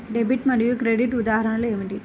Debit మరియు credit ఉదాహరణలు ఏమిటీ?